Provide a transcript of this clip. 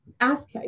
ask